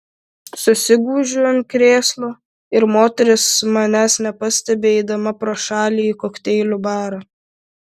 susigūžiu ant krėslo ir moteris manęs nepastebi eidama pro šalį į kokteilių barą